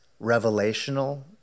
revelational